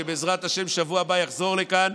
שבעזרת השם בשבוע הבא יחזור לכאן,